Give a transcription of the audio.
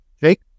Jake